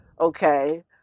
okay